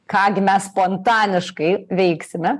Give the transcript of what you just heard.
ką gi mes spontaniškai veiksime